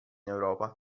europa